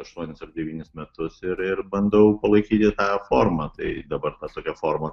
aštuonis devynis metus ir ir bandau palaikyti tą formą tai dabar tokia forma